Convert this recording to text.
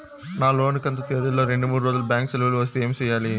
నా లోను కంతు తేదీల లో రెండు మూడు రోజులు బ్యాంకు సెలవులు వస్తే ఏమి సెయ్యాలి?